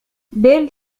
بيل